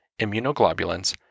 immunoglobulins